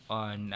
on